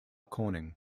corning